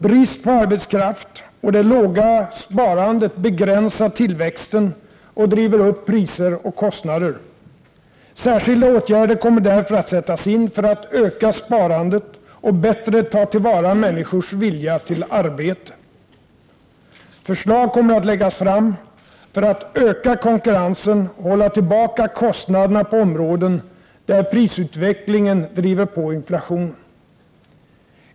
Brist på arbetskraft och det låga sparandet begränsar tillväxten och driver upp priser och kostnader. Särskilda åtgärder kommer därför att sättas in för att öka sparandet och bättre ta till vara människors vilja till arbete. Förslag kommer att läggas fram för att öka konkurrensen och hålla tillbaka kostnaderna på områden där prisutvecklingen driver på inflationen.